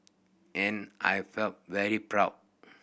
and I felt very proud